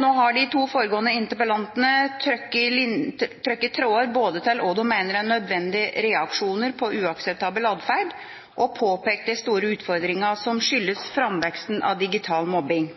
Nå har de to foregående interpellantene både trukket tråder til hva de mener er nødvendige reaksjoner på uakseptabel adferd, og påpekt de store utfordringene som skyldes framveksten av digital mobbing.